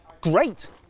great